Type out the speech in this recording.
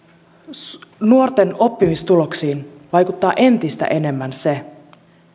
nuorten oppimistuloksiin vaikuttaa entistä enemmän se